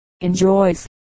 enjoys